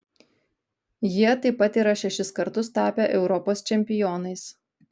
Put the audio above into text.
jie taip pat yra šešis kartus tapę europos čempionais